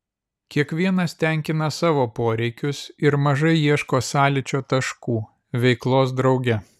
kiekvienas tenkina savo poreikius ir mažai ieško sąlyčio taškų veiklos drauge